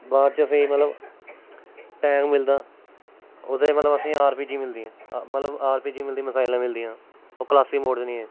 बार च असेंगी मतलब टैम मिलदा ओह्दे मतलब असेंगी आर पी जी मिलदी मतलब आर पी जी मिलदी मिसायलां मिलदियां ओह् क्लासिक मोड च